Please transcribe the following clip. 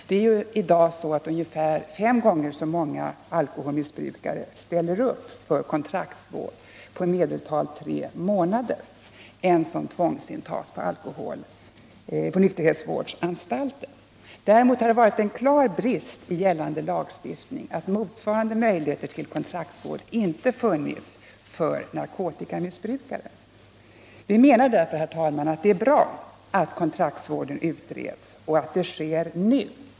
Det är i dag ungefär fem gånger så många alkoholmissbrukare som ställer upp för kontraktsvård på i medeltal tre månader än som tvångsintas på nykterhetsvårdsanstalter. Däremot har det varit en klar brist i gällande lagstiftning att motsvarande möjligheter till kontraktsvård inte funnits för narkotikamissbrukare. Vi menar därför, herr talman, att det är bra att frågan om kontraktsvården utreds och att det sker nu.